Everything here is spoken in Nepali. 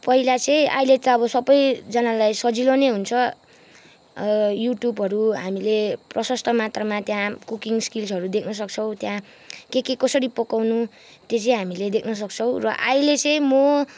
पहिला चाहिँ अहिले त अब सबैजनालाई सजिलो नै हुन्छ युट्युबहरू हामीले प्रशस्त मात्रामा त्यहाँ कुकिङ स्किल्सहरू देख्न सक्छौँ त्यहाँ के के कसरी पकाउनु त्यो चाहिँ हामीले देख्न सक्छौँ र अहिले चाहिँ म